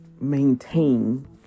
maintain